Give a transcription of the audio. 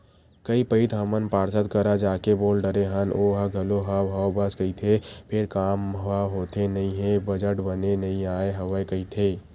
कई पइत हमन पार्षद करा जाके बोल डरे हन ओहा घलो हव हव बस कहिथे फेर काम ह होथे नइ हे बजट बने नइ आय हवय कहिथे